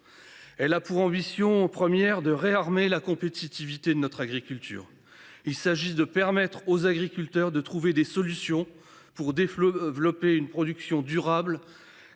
loi a pour ambition première de réarmer la compétitivité de notre agriculture. Il s’agit de permettre aux agriculteurs de trouver des solutions pour développer une production durable